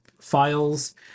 files